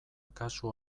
kasu